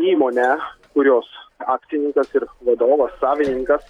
įmonę kurios akcininkas ir vadovas savininkas